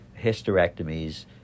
hysterectomies